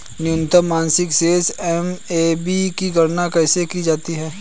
न्यूनतम मासिक शेष एम.ए.बी की गणना कैसे की जाती है?